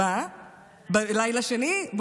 לילה שני.